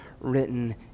written